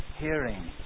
hearing